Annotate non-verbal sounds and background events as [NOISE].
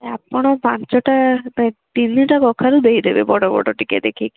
ଆପଣ ପାଞ୍ଚଟା [UNINTELLIGIBLE] ତିନିଟା କଖାରୁ ଦେଇଦେବେ ବଡ଼ ବଡ଼ ଟିକେ ଦେଖିକି